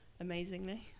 amazingly